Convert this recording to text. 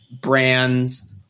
brands